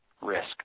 risk